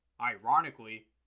Ironically